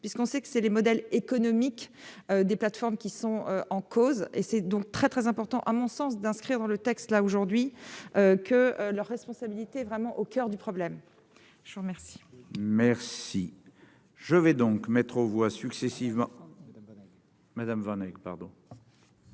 puisqu'on sait que c'est les modèles économiques des plateformes qui sont en cause et c'est donc très, très important à mon sens d'inscrire dans le texte là aujourd'hui que leurs responsabilités vraiment au coeur du problème. Je vous remercie, merci, je vais donc mettre aux voix successivement madame Vaneck pardon.